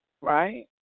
right